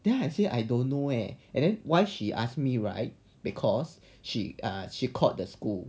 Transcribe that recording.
then I say I don't know eh and then why she ask me right because she uh she called the school